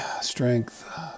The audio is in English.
strength